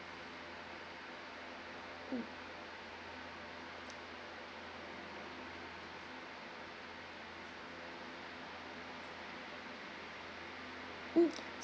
mm mm